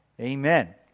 Amen